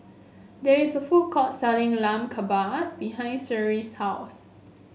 there is a food court selling Lamb Kebabs behind Sherrill's house